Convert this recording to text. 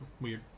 Weird